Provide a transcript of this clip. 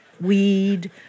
weed